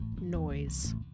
Noise